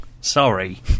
Sorry